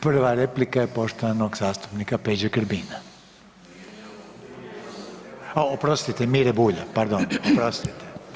Prva replika je poštovanog zastupnika Peđe Grbina, a oprostite Mire Bulja, pardon, oprostite.